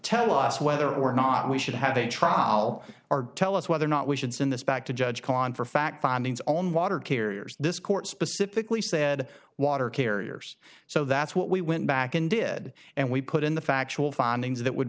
tell us whether or not we should have a trial or tell us whether or not we should send this back to judge go on for fact findings on water carriers this court specifically said water carriers so that's what we went back and did and we put in the factual findings that would